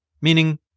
meaning